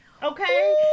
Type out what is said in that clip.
okay